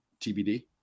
TBD